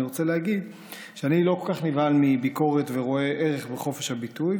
אני רוצה להגיד שאני לא כל כך נבהל מביקורת ורואה ערך בחופש הביטוי,